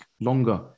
longer